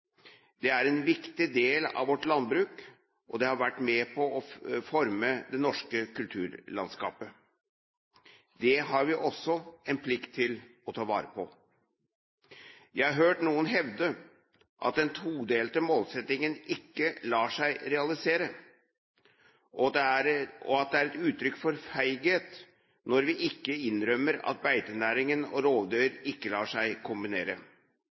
Det er en viktig del av vårt landbruk, og det har vært med på å forme det norske kulturlandskapet. Det har vi også en plikt til å ta vare på. Jeg har hørt noen hevde at den todelte målsettingen ikke lar seg realisere, og at det er et uttrykk for feighet når vi ikke innrømmer at beitenæringen og rovdyr ikke lar seg kombinere.